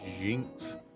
jinx